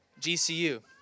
GCU